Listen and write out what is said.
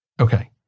Okay